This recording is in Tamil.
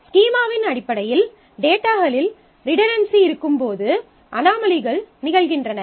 ஸ்கீமாவின் அடிப்படையில் டேட்டாகளில் ரிடன்டன்சி இருக்கும்போது அனோமலிகள் நிகழ்கின்றன